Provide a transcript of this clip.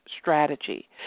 strategy